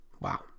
Wow